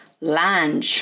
Lange